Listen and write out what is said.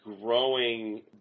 growing